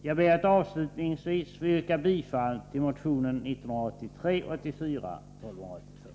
Jag ber att avslutningsvis få yrka bifall till motion 1983/ 84:1282.